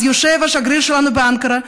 אז יושב השגריר שלנו באנקרה,